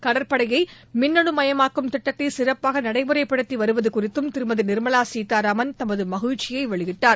கடற்படையை மின்னணு மையமாக்கும் திட்டத்தை சிறப்பாக நடைமுறைப்படுத்தி வருவது குறித்தும் திருமதி நிர்மலா சீதாராமன் தமது மகிழ்ச்சியை வெளியிட்டார்